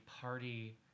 party